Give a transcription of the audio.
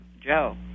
Joe